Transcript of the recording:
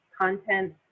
content